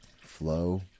Flow